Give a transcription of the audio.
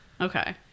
Okay